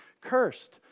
cursed